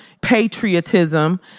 patriotism